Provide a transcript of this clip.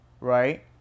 right